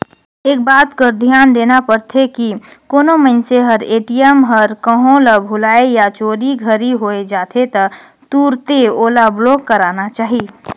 एक बात कर धियान देना परथे की कोनो मइनसे हर ए.टी.एम हर कहों ल भूलाए या चोरी घरी होए जाथे त तुरते ओला ब्लॉक कराना चाही